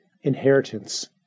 inheritance